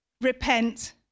repent